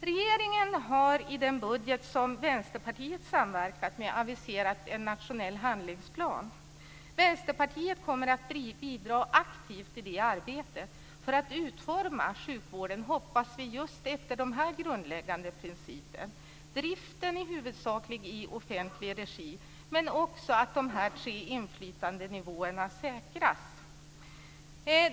Regeringen har i den budget som Vänsterpartiet medverkat till aviserat en nationell handlingsplan. Vänsterpartiet kommer att bidra aktivt i arbetet för att sjukvården ska, som vi hoppas, utformas just efter den här grundläggande principen. Driften ska huvudsakligen vara i offentlig regi, men de tre inflytandenivåerna ska säkras.